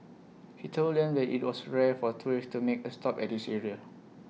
he told them that IT was rare for tourists to make A stop at this area